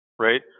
right